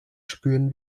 spüren